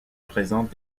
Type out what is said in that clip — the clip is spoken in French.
présente